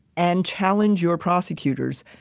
and challenge your prosecutors,